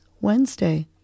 Wednesday